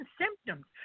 symptoms